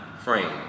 frame